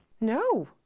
no